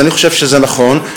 ואני חושב שזה נכון,